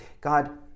God